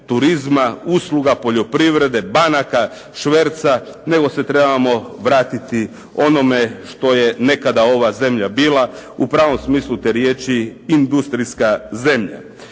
turizma, usluga, poljoprivrede, banaka, šverca nego se trebamo vratiti onome što je nekada ova zemlja bila, u pravom smislu te riječi industrijska zemlja.